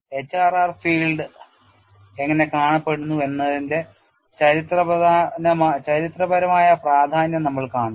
HRR field എങ്ങനെ കാണപ്പെടുന്നു എന്നതിന്റെ ചിത്രപരമായ പ്രാതിനിധ്യം നമ്മൾ കാണും